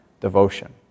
devotion